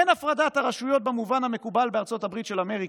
"אין הפרדת הרשויות במובן המקובל בארצות הברית של אמריקה.